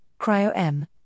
cryo-M